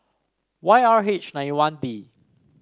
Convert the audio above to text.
Y R H nine one D